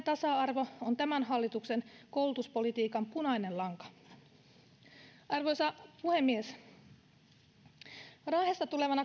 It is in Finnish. tasa arvo on tämän hallituksen koulutuspolitiikan punainen lanka arvoisa puhemies raahesta tulevana